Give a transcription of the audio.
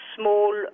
small